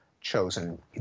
chosen